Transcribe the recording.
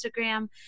Instagram